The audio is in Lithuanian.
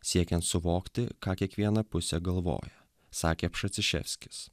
siekiant suvokti ką kiekviena pusė galvoja sakė